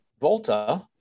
Volta